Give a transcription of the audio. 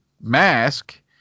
mask